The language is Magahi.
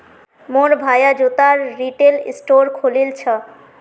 मोर भाया जूतार रिटेल स्टोर खोलील छ